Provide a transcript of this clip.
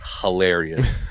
hilarious